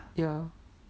ya